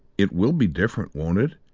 it will be different, won't it,